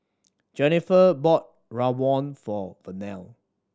Jenniffer bought rawon for Vernell